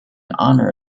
honor